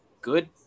good